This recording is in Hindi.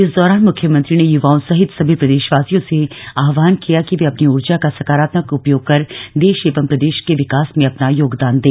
इस दौरान मुख्यमंत्री ने युवाओं सहित समी प्रदेशवासियों से आह्वान किया कि वे अपनी ऊर्जा का सकारात्मक उपयोग कर देश एवं प्रदेश के विकास में अपना योगदान दें